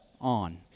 on